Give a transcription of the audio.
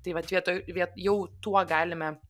tai vat vietoj vie jau tuo galime